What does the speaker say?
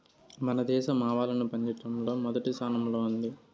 మన దేశం ఆవాలను పండిచటంలో మొదటి స్థానం లో ఉంది